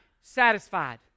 satisfied